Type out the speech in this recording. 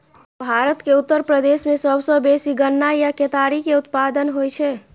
भारत के उत्तर प्रदेश मे सबसं बेसी गन्ना या केतारी के उत्पादन होइ छै